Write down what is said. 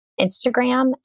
Instagram